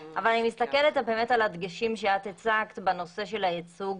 אבל אני מסתכלת על הדגשים שאת הצגת בנושא של הייצוג